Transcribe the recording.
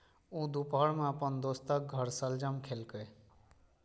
ऊ दुपहर मे अपन दोस्तक घर शलजम खेलकै